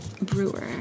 Brewer